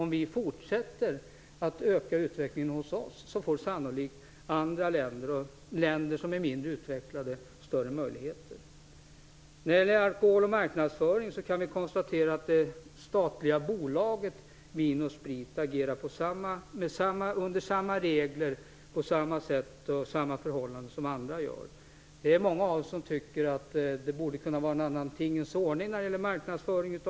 Om vi försöker att öka utvecklingen hos oss, får sannolikt också andra länder, länder som är mindre utvecklade, större möjligheter. När det gäller alkoholen och marknadsföringen kan det konstateras att det statliga bolaget Vin & Sprit AB agerar under samma regler, på samma sätt och under samma förhållanden som andra. Många av oss tycker att det borde kunna vara en annan tingens ordning när det gäller denna marknadsföring.